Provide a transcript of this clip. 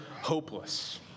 hopeless